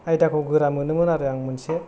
आयदाखौ गोरा मोनोमोन आरो आं मोनसे